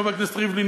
חבר הכנסת ריבלין,